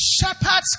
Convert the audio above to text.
Shepherds